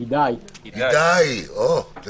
תודה למנהל הוועדה